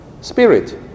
spirit